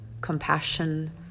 compassion